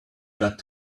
got